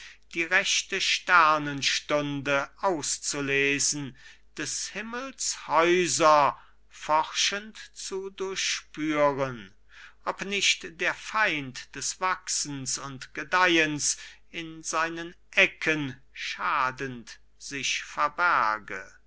die rechte sternenstunde auszulesen des himmels häuser forschend zu durchspüren ob nicht der feind des wachsens und gedeihens in seinen ecken schadend sich verberge